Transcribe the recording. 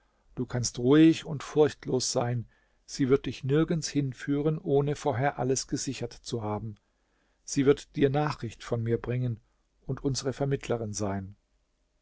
du kannst ruhig und furchtlos sein sie wird dich nirgends hinführen ohne vorher alles gesichert zu haben sie wird dir nachricht von mir bringen und unsere vermittlerin sein